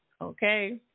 okay